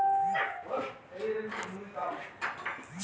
ভারতত কফি বোর্ডের চিরাচরিত দায়িত্ব হই ভারত ও বৈদ্যাশত কফি প্রচার